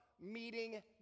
meeting